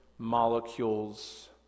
Molecules